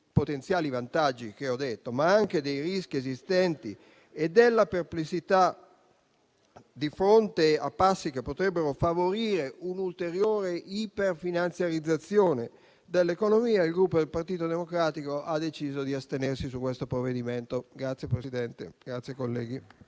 potenziali vantaggi che ho citato, ma anche dei rischi esistenti e della perplessità di fronte a passi che potrebbero favorire un'ulteriore iperfinanziarizzazione dell'economia, il Gruppo Partito Democratico ha deciso di astenersi su questo provvedimento.